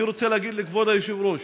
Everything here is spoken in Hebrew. אני רוצה להגיד לכבוד היושב-ראש